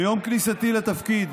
ביום כניסתי לתפקיד